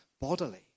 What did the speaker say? bodily